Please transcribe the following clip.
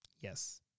Yes